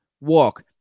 walk